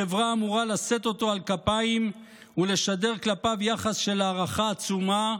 החברה אמורה לשאת אותו על כפיים ולשדר כלפיו יחס של הערכה עצומה,